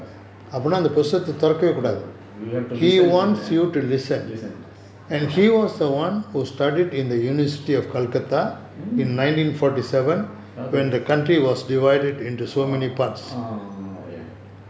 you have to listen listen first mm okay orh ya